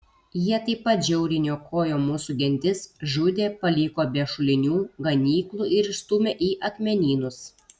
jie taip pat žiauriai niokojo mūsų gentis žudė paliko be šulinių ganyklų ir išstūmė į akmenynus